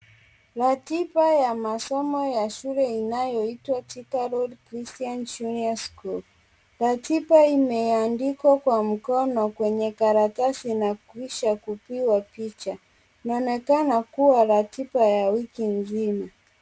Ratiba ya masomo ya shule inayoitwa Thika Road Christian Junior school, ratiba imeandikwa kwa mkono kwenye karatasi na kisha kupigwa picha inaonekana kuwa ratiba ya wiki mzima.